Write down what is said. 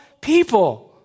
people